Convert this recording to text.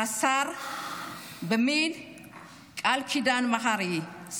רס"ר במיל' קלקידן מהרי,